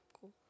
Cool